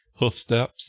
Hoofsteps